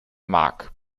mark